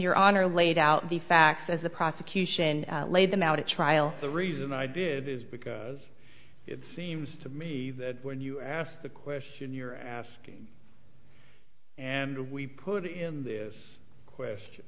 your honor laid out the facts as the prosecution laid them out at trial the reason i did is because it seems to me that when you ask the question you're asking and we put in this question